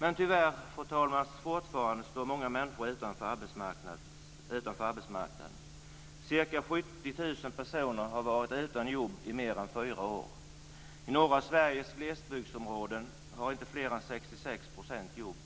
Men tyvärr, fru talman, står fortfarande många människor utanför arbetsmarknaden. Ca 70 000 personer har varit utan jobb i mer än fyra år. I norra Sveriges glesbygdsområden har inte fler än 66 % jobb.